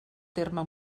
terme